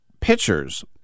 pitchers